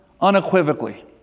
unequivocally